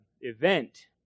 event